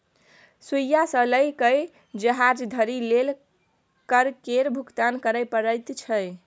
सुइया सँ लए कए जहाज धरि लेल कर केर भुगतान करय परैत छै